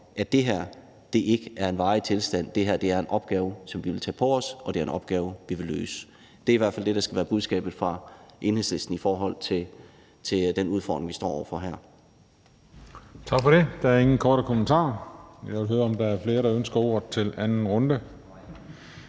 at det her ikke er en varig tilstand, at det her er en opgave, som vi vil tage på os, og en opgave, vi vil løse. Det er i hvert fald det, der skal være budskabet fra Enhedslisten i forhold til den udfordring, vi står over for her.